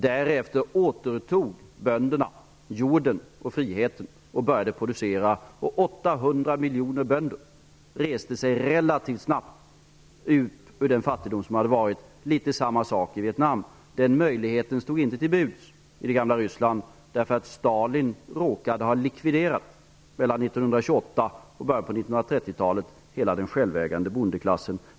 Därefter återtog bönderna jorden och friheten och började producera, och 800 miljoner bönder reste sig relativt snabbt ur den fattigdom som varit. Ungefär samma sak hände i Vietnamn. Den möjligheten stod inte till buds i Ryssland, därför att Stalin mellan 1928 och början av 1930-talet hade likviderat hela den självägande bondeklassen.